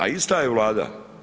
A ista je Vlada.